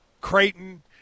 Creighton